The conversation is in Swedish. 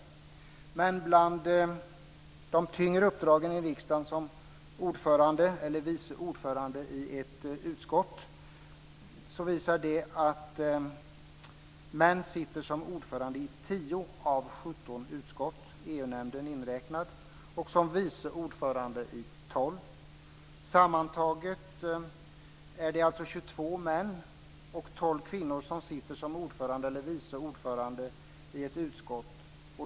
Men när det gäller de tyngre uppdragen i riksdagen, som ordförande eller vice ordförande i ett utskott, visar det sig att män sitter som ordförande i 10 av 17 utskott, EU-nämnden inräknad, och som vice ordförande i 12 utskott. Sammantaget är det alltså 22 män och 12 kvinnor som sitter som ordförande eller vice ordförande i ett utskott.